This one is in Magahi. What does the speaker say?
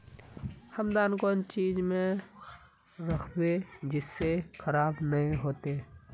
हम दाना कौन चीज में राखबे जिससे खराब नय होते?